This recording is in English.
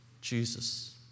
Jesus